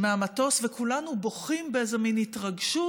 מהמטוס, וכולנו בוכים באיזה מין התרגשות